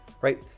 right